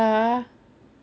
ya